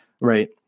Right